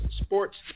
sports